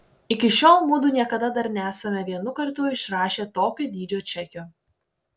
iki šiol mudu niekada dar nesame vienu kartu išrašę tokio dydžio čekio